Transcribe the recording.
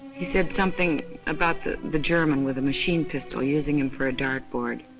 he said something about the, the german with a machine pistol using him for a dart board.